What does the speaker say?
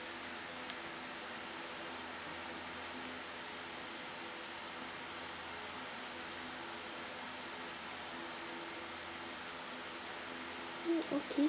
mm okay